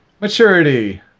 Maturity